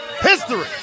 history